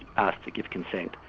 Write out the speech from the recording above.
asked to give consent.